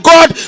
God